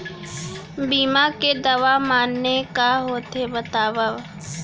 बीमा के दावा माने का होथे बतावव?